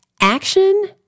Action